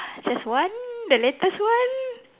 just one the latest one